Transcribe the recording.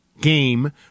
game